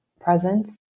presence